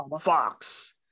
Fox